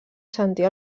sentir